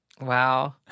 Wow